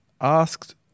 asked